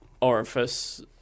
orifice